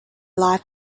life